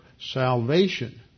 salvation